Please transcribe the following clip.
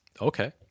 Okay